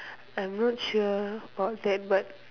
I am not sure about that but